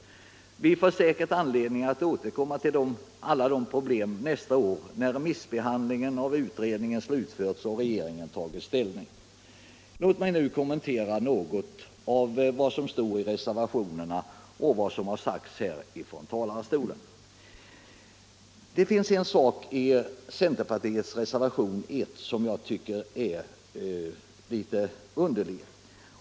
Vi får säkert anledning att nästa år återkomma till alla dessa problem när utredningen och remissbehandlingen har slutförts och regeringen tagit ställning. Låt mig nu kommentera något av vad som står i reservationerna och vad som sagts här från talarstolen. Det finns en sak i centerpartiets reservation nr 1 som jag tycker är litet underlig.